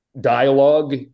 dialogue